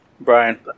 Brian